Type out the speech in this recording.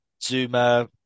Zuma